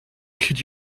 could